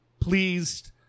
pleased